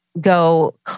go